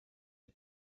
are